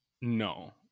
No